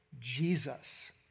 Jesus